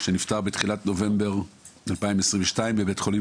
נפטר בתחילת נובמבר 2022 בבית החולים